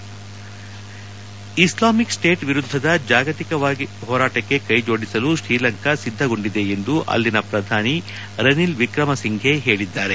head Islamic State ವಿರುದ್ಧದ ಜಾಗತಿಕವಾಗಿ ಹೋರಾಟಕ್ಕೆ ಕೈಜೋಡಿಸಲು ಶ್ರೀಲಂಕಾ ಸಿದ್ಧಗೊಂಡಿದೆ ಎಂದು ಅಲ್ಲಿನ ಪ್ರಧಾನ ಮಂತ್ರಿ ರನಿಲ್ ವಿಕ್ರೆಮ ಸಿಂಫೆ ಹೇಳಿದ್ದಾರೆ